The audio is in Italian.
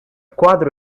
quadro